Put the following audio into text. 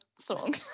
song